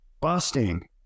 busting